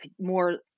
more